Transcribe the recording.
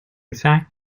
fact